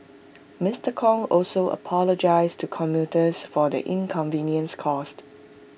Mister Kong also apologised to commuters for the inconvenience caused